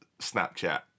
Snapchat